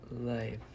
Life